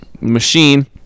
machine